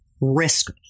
risk